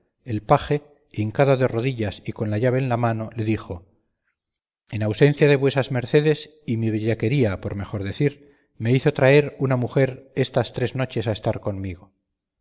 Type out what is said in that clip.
el paje hincado de rodillas y con la llave en la mano le dijo el ausencia de vuesas mercedes y mi bellaquería por mejor decir me hizo traer una mujer estas tres noches a estar conmigo